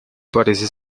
parece